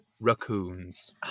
raccoons